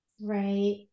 Right